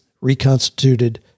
reconstituted